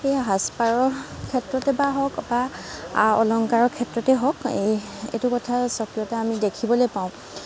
সাজপাৰৰ ক্ষেত্ৰতে বা হওঁক বা আ অলংকাৰৰ ক্ষেত্ৰতে হওঁক এই এইটো কথাৰ স্বকীয়তা আমি দেখিবলৈ পাওঁ